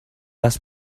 دست